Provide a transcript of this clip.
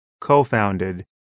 co-founded